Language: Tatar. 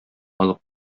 алып